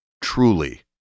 truly